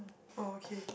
oh okay